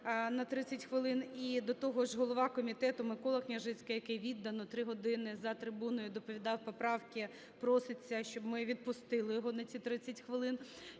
на 30 хвилин. І до того ж, голова комітету Микола Княжицький, який віддано 3 години за трибуною доповідав поправки, проситься, щоб ми відпустили його на ці 30 хвилин.